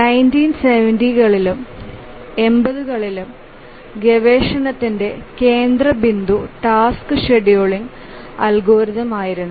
1970കളിലു 80 കളിലുമുള്ള ഗവേഷണത്തിന്റെ കേന്ദ്രബിന്ദു ടാസ്ക് ഷെഡ്യൂളിംഗ് അൽഗോരിതം ആയിരുന്നു